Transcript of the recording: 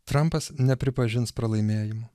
trampas nepripažins pralaimėjimo